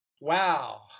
Wow